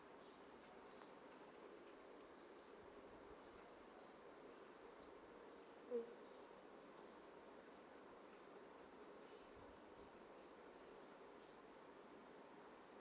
mm